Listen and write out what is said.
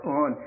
on